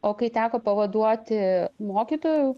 o kai teko pavaduoti mokytojų